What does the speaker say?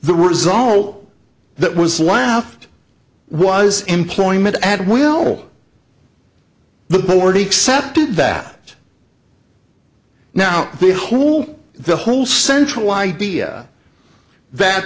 result that was louth was employment at will the board accepted that now the whole the whole central idea that